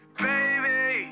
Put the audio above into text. baby